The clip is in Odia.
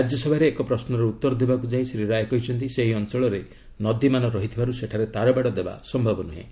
ରାଜ୍ୟସଭାରେ ଏକ ପ୍ରଶ୍ନର ଉତ୍ତର ଦେବାକୁ ଯାଇ ଶ୍ରୀ ରାୟ କହିଛନ୍ତି ସେହି ଅଞ୍ଚଳରେ ନଦୀ ମାନ ଥିବାରୁ ସେଠାରେ ତାରବାଡ଼ ଦେବା ସମ୍ଭବ ନୁହେଁ